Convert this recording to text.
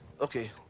okay